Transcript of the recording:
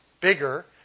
bigger